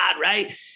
right